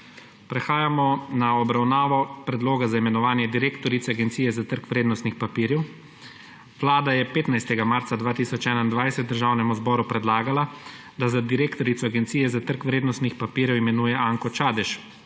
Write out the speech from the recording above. Prehajamo na obravnavo Predloga za imenovanje direktorice Agencije za trg vrednostnih papirjev. Vlada je 15. marca 2021 Državnemu zboru predlagala, da za direktorico Agencije za trg vrednostnih papirjev imenuje Anko Čadež.